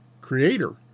creator